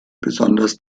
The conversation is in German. besonders